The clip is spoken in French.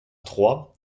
trois